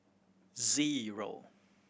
zero